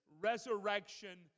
Resurrection